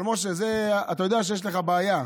אבל משה, אתה יודע שיש לך בעיה.